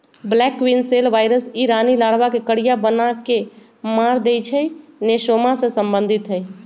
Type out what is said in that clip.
black queen cell virus इ रानी larva के करिया बना के मार देइ छइ इ नेसोमा से सम्बन्धित हइ